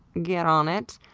get on it.